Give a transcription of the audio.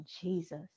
Jesus